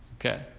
Okay